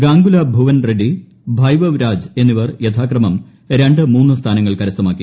ഗാംഗുല ഭുവൻ റെഡ്ഡി വൈഭവ് രാജ് എന്നിവർ യഥാക്രമം രണ്ട് മൂന്ന് സ്ഥാനങ്ങൾ കരസ്ഥമാക്കി